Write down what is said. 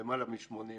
למעלה מ-80 פועלים.